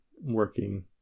working